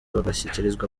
bagashyikirizwa